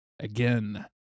again